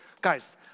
Guys